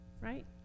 Right